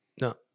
no